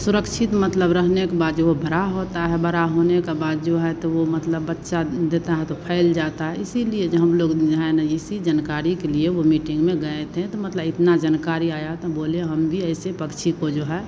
सुरक्षित मतलब रहने के बाद जब वो बड़ा होता है बड़ा होने का बाद जो है तो वो मतलब बच्चा देता है तो फैल जाता है इसलिए जो हम लोग है न इसी जानकारी के लिए वो मीटिंग में गए थे तो मतलब इतना जनकारी आया तो बोले हम भी ऐसे पक्षी को जो है